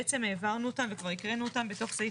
בעצם העברנו אותם וכבר הקראנו אותם בתוך סעיף